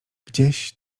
gdzieś